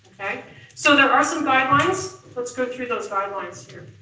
so there are some guidelines. let's go through those guidelines here.